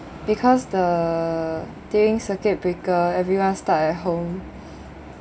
because the during circuit breaker everyone stuck at home